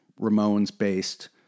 Ramones-based